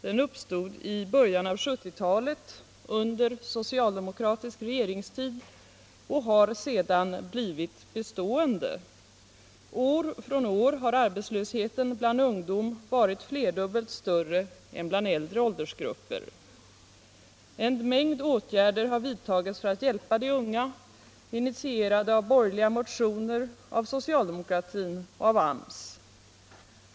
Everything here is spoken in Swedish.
Den uppstod i början av 1970-talet — under socialdemokratisk regeringstid — och har sedan blivit bestående. År från år har arbetslösheten bland ungdom varit flerdubbelt större än bland äldre åldersgrupper. En mängd åtgärder har vidtagits för att hjälpa de unga, initierade av borgerliga motioner, av socialdemokratin och av AMS.